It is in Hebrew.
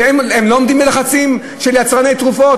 הם לא עומדים בלחצים של יצרני תרופות?